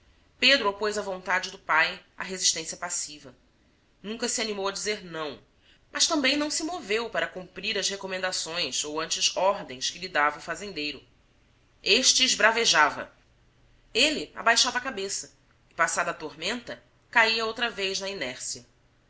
filho pedro opôs à vontade do pai a resistência passiva nunca se animou a dizer não mas também não se moveu para cumprir as recomendações ou antes ordens que lhe dava o fazendeiro este esbravejava ele abaixava a cabeça e passada a tormenta caía outra vez na inércia